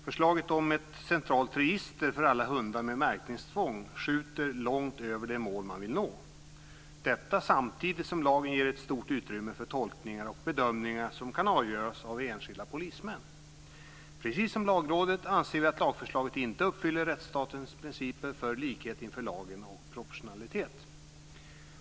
Fru talman! Förslaget om ett centralt register med märkningstvång för alla hundar skjuter långt över det mål man vill nå. Detta sker samtidigt som lagen ger stort utrymme för tolkningar och bedömningar som kan avgöras av enskilda polismän. Precis som Lagrådet anser vi att lagförslaget inte uppfyller rättsstatens principer om likhet inför lagen och proportionalitet.